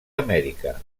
amèrica